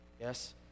yes